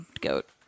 goat